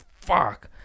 fuck